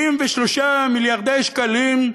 63 מיליארדי שקלים.